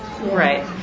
Right